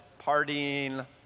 partying